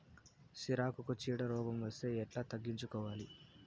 సిరాకుకు చీడ రోగం వస్తే ఎట్లా తగ్గించుకోవాలి?